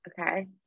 Okay